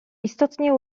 istotnie